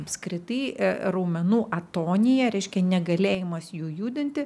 apskritai raumenų atonija reiškia negalėjimas jų judinti